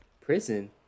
Prison